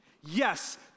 Yes